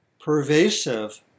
pervasive